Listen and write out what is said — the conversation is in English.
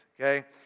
Okay